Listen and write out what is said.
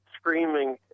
screaming